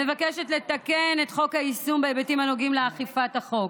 מבקשת לתקן את חוק היישום בהיבטים הנוגעים לאכיפת החוק.